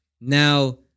Now